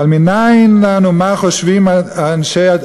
אבל מנין לנו מה חושב הציבור,